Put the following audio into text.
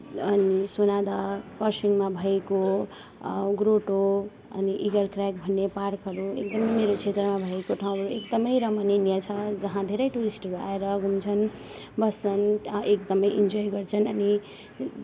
अनि सोनादा खरसाङमा भएको ग्रोटो अनि इगल्स क्रेग भन्ने पार्कहरू एकदमै मेरो क्षेत्रमा भएको ठाउँहरू एकदमै रमणीय छ धेरै टुरिस्टहरू आएर घुम्छन् बस्छन् त्यहाँ एकदमै इन्जोय गर्छन् अनि